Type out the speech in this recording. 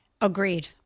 Agreed